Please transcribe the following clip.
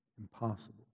Impossible